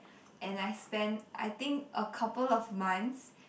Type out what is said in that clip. and I spent I think a couple of months